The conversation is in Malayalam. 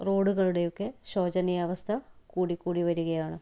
റോഡുകളുടെയൊക്കെ ശോചനീയ അവസ്ഥ കൂടി കൂടി വരുകയാണ്